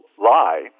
lie